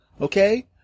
Okay